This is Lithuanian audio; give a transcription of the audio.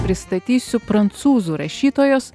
pristatysiu prancūzų rašytojos